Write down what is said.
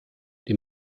die